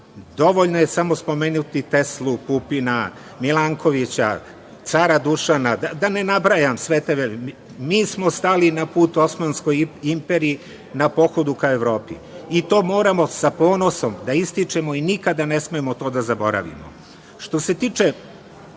Dovoljno je samo spomenuti Teslu, Pupina, Milankovića, cara Dušana, da ne nabrajam dalje. Mi smo stali na put Osmanskoj imperiji na pohodu ka Evropi. I to moramo sa ponosom da ističemo i nikada ne smemo to da zaboravimo. Što se tiče